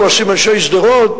כועסים אנשי שדרות,